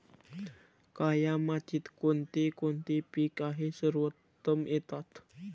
काया मातीत कोणते कोणते पीक आहे सर्वोत्तम येतात?